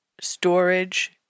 storage